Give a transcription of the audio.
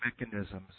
mechanisms